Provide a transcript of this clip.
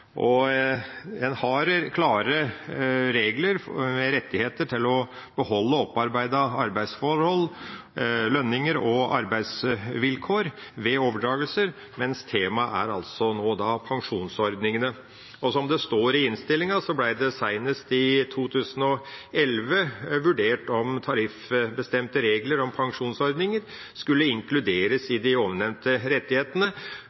En har klare rettigheter til å beholde opparbeidede arbeidsforhold – lønninger og arbeidsvilkår – ved overdragelser, mens temaet nå er pensjonsordningene. Som det står i innstillinga, ble det seinest i 2011 vurdert om tariffbestemte regler om pensjonsordninger skulle inkluderes i de ovennevnte rettighetene,